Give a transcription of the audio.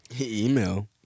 Email